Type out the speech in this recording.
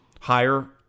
higher